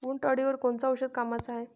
उंटअळीवर कोनचं औषध कामाचं हाये?